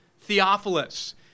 Theophilus